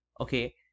Okay